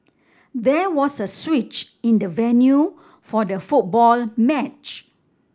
there was a switch in the venue for the football match